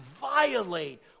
violate